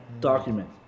document